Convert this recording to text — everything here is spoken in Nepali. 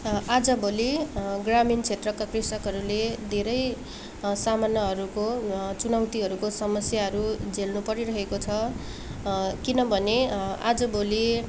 आजभोलि ग्रामीण क्षेत्रका कृषकहरूले धेरै सामनाहरूको चुनौतीहरूको समस्याहरू झेल्नु परिरहेको छ किनभने आजभोलि